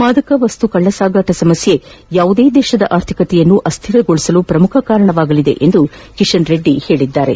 ಮಾದಕ ವಸ್ತು ಕಳ್ಳಸಾಗಾಟ ಸಮಸ್ಕೆ ಯಾವುದೇ ದೇಶದ ಆರ್ಥಿಕತೆಯನ್ನು ಅಸ್ವಿರಗೊಳಿಸಲು ಕಾರಣವಾಗಲಿದೆ ಎಂದು ಕಿಶನ್ ರೆಡ್ಡಿ ಹೇಳಿದರು